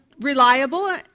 reliable